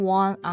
one